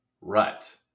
rut